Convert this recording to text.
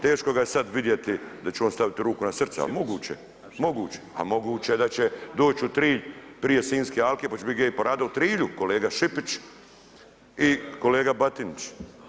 Teško ga je sad vidjeti da će on stavit ruku na srca, moguće, moguće, pa moguće je da će doć u Trilj prije Sinjske alke, pa će bit gej parada u Trilju kolega Šipić i kolega Batinić.